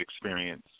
experience